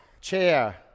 chair